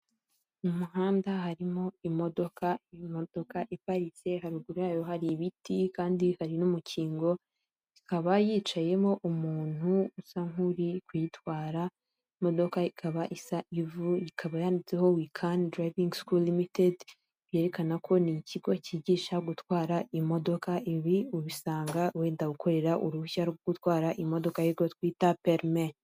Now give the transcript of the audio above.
Mu muhanda harimo imodoka, imodoka iparitse haruguru yayo hari ibiti kandi hari n'umukingo ikaba yicayemo umuntu usa nk'uri kuyitwara imodoka ikaba isa ivu ikaba yanditseho "we can school Ltd" yerekana ko ni ikigo cyigisha gutwara imodoka ibi ubisanga wenda gukorera uruhushya rwo gutwara imodoka ari rwo twita perimi.